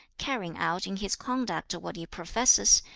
carrying out in his conduct what he professes,